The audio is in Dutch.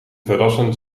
verrassen